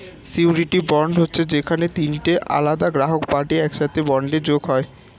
surety bond হচ্ছে যেখানে তিনটে আলাদা গ্রাহক পার্টি একসাথে বন্ডে যোগ হয়